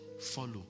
follow